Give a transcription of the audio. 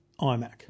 iMac